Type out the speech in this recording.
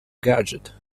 gadget